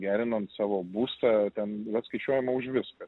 gerinant savo būstą ten atskaičiuojama už viską